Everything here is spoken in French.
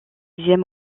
sixième